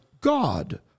God